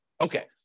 Okay